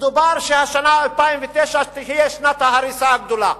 דובר ששנת 2009 תהיה שנת ההריסה הגדולה,